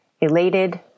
elated